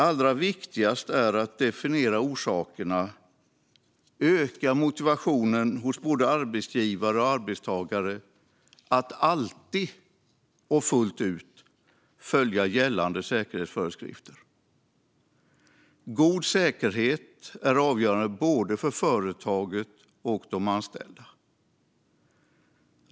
Allra viktigast är att definiera orsakerna och att öka motivationen hos både arbetsgivare och arbetstagare att alltid fullt ut följa gällande säkerhetsföreskrifter. God säkerhet är avgörande för både företag och anställda.